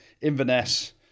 Inverness